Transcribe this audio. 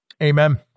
Amen